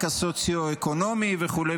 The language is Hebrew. רקע סוציו-אקונומי וכו'.